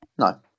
No